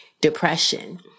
depression